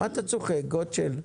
מה אתה צוחק, גוטשל?